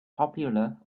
popular